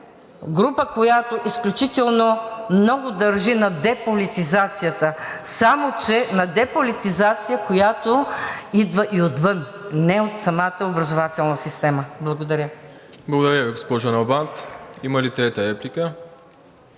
група, която изключително много държи на деполитизацията. Само че на деполитизация, която идва и отвън, не от самата образователна система. Благодаря. ПРЕДСЕДАТЕЛ МИРОСЛАВ ИВАНОВ: Благодаря Ви, госпожо Налбант. Има ли трета реплика?